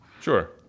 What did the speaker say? Sure